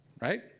Right